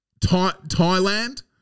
Thailand